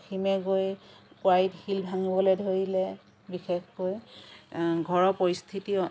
অসীমে গৈ কোৱাৰিত শিল ভাঙিবলৈ ধৰিলে বিশেষকৈ ঘৰৰ পৰিস্থিতিয়ে